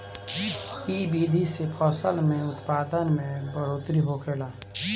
इ विधि से फसल के उत्पादन में बढ़ोतरी होखेला